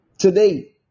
Today